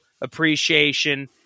appreciation